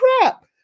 crap